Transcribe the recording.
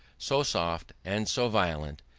so soft and so violent,